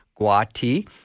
Guati